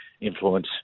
influence